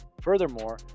Furthermore